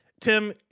Tim